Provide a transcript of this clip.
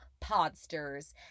podsters